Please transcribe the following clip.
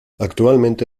actualmente